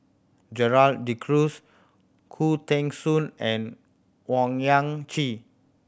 Gerald De Cruz Khoo Teng Soon and Owyang Chi